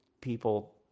People